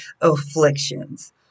afflictions